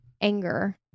anger